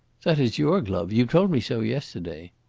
that is your glove you told me so yesterday.